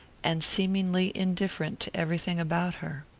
and seemingly indifferent to everything about her.